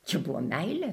čia buvo meilė